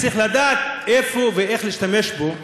צריך לדעת איפה ואיך להשתמש בו.